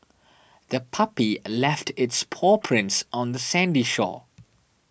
the puppy left its paw prints on the sandy shore